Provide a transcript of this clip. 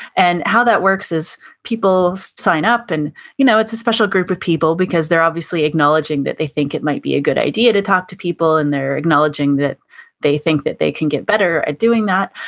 and how that works is people sign up and you know it's a special group of people because they're obviously acknowledging that they think it might be a good idea to talk to people and they're acknowledging that they think that they can get better at doing that,